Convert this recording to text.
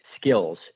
skills